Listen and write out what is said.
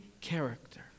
character